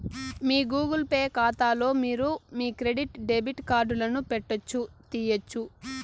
మీ Google Pay కాతాలో మీరు మీ క్రెడిట్ డెబిట్ కార్డులను పెట్టొచ్చు, తీయొచ్చు